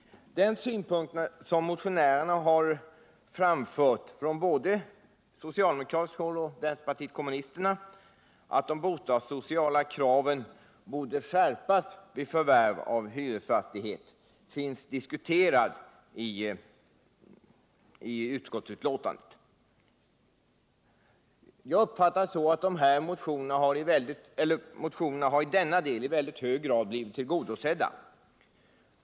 Den synpunkt som framförts i motioner från såväl socialdemokratiskt som kommunistiskt håll och som går ut på att de bostadssociala kraven borde skärpas vid förvärv av hyresfastighet finns diskuterad i utskottsbetänkandet. Jag uppfattar det så att motionerna i denna del har blivit i hög grad tillgodosedda.